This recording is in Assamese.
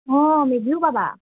অঁ মেগীও পাবা